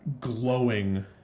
glowing